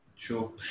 Sure